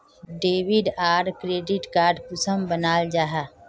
Debit आर credit card कुंसम बनाल जाहा?